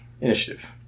Initiative